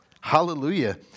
Hallelujah